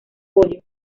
podio